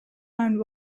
and